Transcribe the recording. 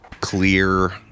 clear